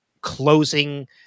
closing